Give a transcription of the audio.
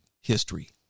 history